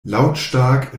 lautstark